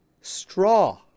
straw